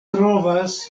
trovas